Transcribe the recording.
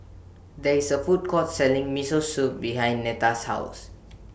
There IS A Food Court Selling Miso Soup behind Netta's House